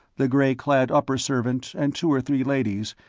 the gray-clad upper-servant, and two or three ladies,